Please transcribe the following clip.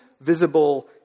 visible